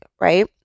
right